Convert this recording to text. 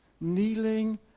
Kneeling